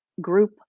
group